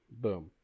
Boom